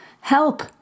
Help